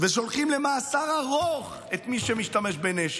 ושולחים למאסר ארוך את מי שמשתמש בנשק,